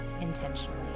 intentionally